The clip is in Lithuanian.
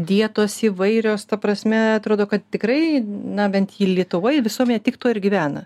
dietos įvairios ta prasme atrodo kad tikrai na bent į lietuvoj visuomenė tik tuo ir gyvena